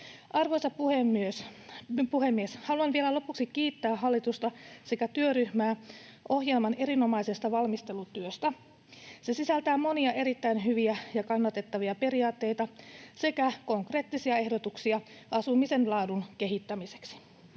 Arvoisa puhemies! Haluan vielä lopuksi kiittää hallitusta sekä työryhmää ohjelman erinomaisesta valmistelutyöstä. Se sisältää monia erittäin hyviä ja kannatettavia periaatteita sekä konkreettisia ehdotuksia asumisen laadun kehittämiseksi.